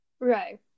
Right